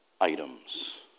items